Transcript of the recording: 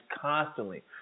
constantly